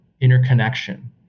interconnection